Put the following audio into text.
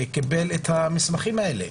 קיבל את המסמכים האלה.